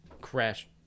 Crash